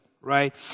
right